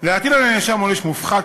להטיל על הנאשם עונש מופחת,